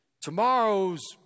Tomorrow's